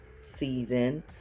season